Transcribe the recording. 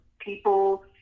people